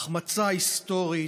ההחמצה ההיסטורית,